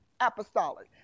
apostolic